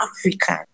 African